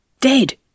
dead